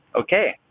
Okay